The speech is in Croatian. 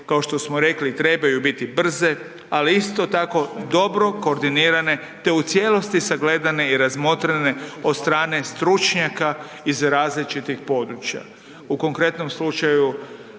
kao što smo rekli, trebaju biti brze, ali isto tako dobro koordinirane, te u cijelosti sagledane i razmotrene od strane stručnjaka iz različitih područja. U konkretnom slučaju